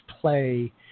play